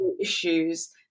issues